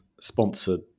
sponsored